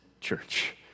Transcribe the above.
church